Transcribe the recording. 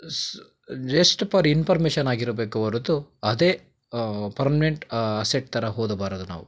ಜಸ್ just for ಇನ್ಫಾರ್ಮೇಶನಾಗಿರಬೇಕು ಹೊರತು ಅದೇ ಪರ್ಮ್ನೆಂಟ್ ಸೆಟ್ ಥರ ಓದಬಾರದು ನಾವು